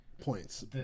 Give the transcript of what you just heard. Points